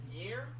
year